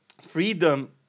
freedom